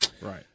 Right